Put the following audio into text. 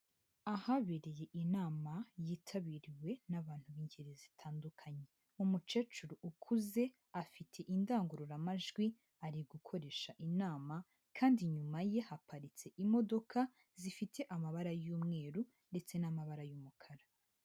Ahabereye inama, yitabiriwe n'abantu b'ingeri zitandukanye. Umukecuru ukuze afite indangururamajwi, ari gukoresha inama kandi inyuma ye haparitse imodoka, zifite amabara y'umweru ndetse n'amabara y'umukara.